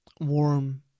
warm